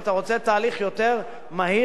ובסוף אתה רוצה תהליך יותר מהיר,